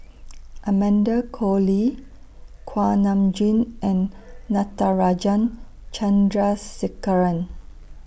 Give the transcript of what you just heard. Amanda Koe Lee Kuak Nam Jin and Natarajan Chandrasekaran